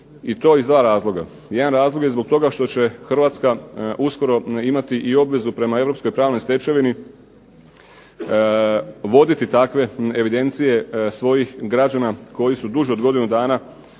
i to iz dva razloga. Jedan razlog je zbog toga što će Hrvatska uskoro imati i obvezu prema europskoj pravnoj stečevini voditi takve evidencije svojih građana koji su duže od godinu dana,